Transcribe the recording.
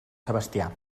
sebastià